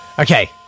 Okay